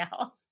else